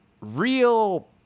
real